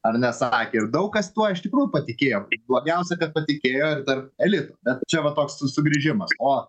ar ne sakė ir daug kas tuo iš tikrųjų patikėjo blogiausia kad patikėjo ir tarp elito bet čia va toks sugrįžimas o